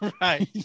Right